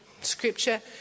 Scripture